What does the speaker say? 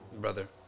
brother